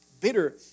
bitter